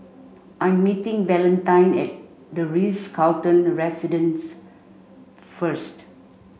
I am meeting Valentine at The Ritz Carlton Residences first